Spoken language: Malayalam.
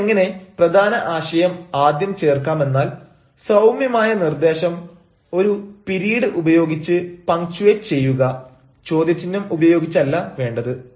ഇനി എങ്ങനെ പ്രധാന ആശയം ആദ്യം ചേർക്കാമെന്നാൽ സൌമ്യമായ നിർദ്ദേശം ഒരു പിരീഡ് ഉപയോഗിച്ച് പങ്ച്ചുവേറ്റ് ചെയ്യുക ചോദ്യചിഹ്നം ഉപയോഗിച്ച് അല്ല വേണ്ടത്